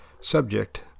Subject